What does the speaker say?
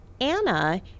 Anna